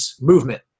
movement